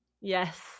Yes